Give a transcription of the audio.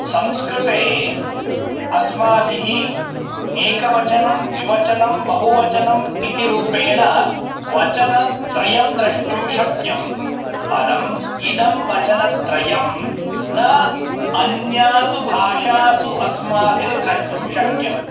संस्कृते अस्माभिः एकवचनं द्विवचनं बहुवचनम् इति रूपेण वचनत्रयं द्रष्टुं शक्यं परम् इदं वचनत्रयं न अन्यासु भाषासु अस्माभिः द्रष्टुं शक्यम्